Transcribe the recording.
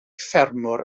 ffermwr